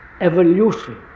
Evolution